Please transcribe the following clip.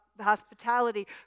hospitality